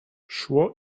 szło